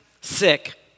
sick